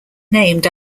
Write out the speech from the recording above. named